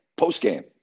postgame